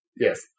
Yes